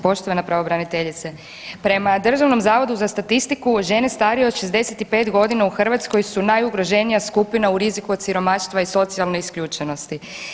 Poštovana pravobraniteljice, prema Državnom zavodu za statistiku žene starije od 65 godina u Hrvatskoj su najugroženija skupina u riziku od siromaštva i socijalne isključenosti.